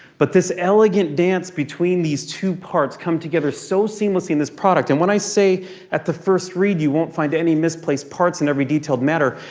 but this elegant dance between these two parts come together so seamlessly in this product. and when i say at the first read you won't find any misplaced parts and every detailed matter,